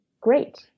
great